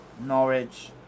Norwich